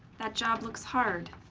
that job looks hard.